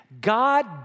God